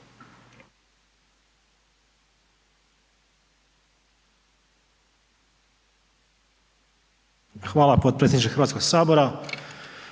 Hvala potpredsjedniče Hrvatskog sabora,